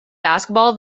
basketball